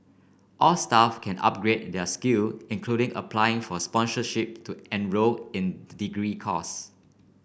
all staff can also upgrade their skills including applying for sponsorship to enrol in degree courses